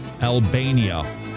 Albania